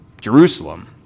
Jerusalem